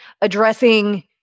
addressing